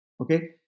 Okay